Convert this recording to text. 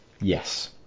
Yes